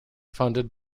funded